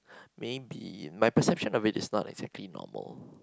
maybe my perception of it is not exactly normal